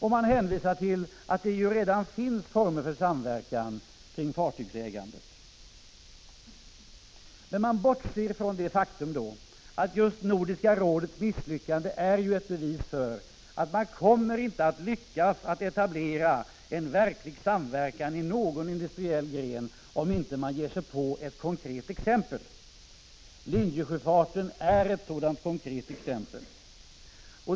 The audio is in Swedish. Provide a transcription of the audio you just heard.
Och man hänvisar till att det redan finns former av samverkan kring fartygsägandet. Men man bortser då från det faktum att just Nordiska rådets misslyckande är ett bevis för att man inte kommer att lyckas etablera en verklig samverkan i någon industriell gren om man inte ger sig på ett konkret exempel. Linjesjöfarten är ett sådant konkret exempel.